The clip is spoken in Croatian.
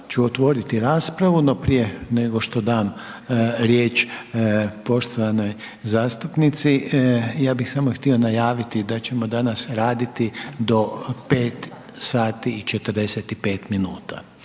ću otvoriti raspravu, no prije nego što dam riječ poštovanoj zastupnici, ja bih samo htio najavit da ćemo danas raditi do 5 sati i 45 minuta,